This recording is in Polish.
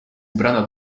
ubrana